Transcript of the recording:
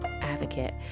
advocate